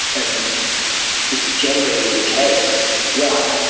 and it's generally the case. yeah.